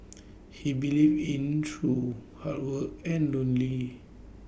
he believes in truth hard work and lonely